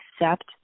accept